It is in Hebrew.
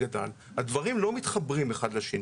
הדברים לא מתחברים אחד לשני,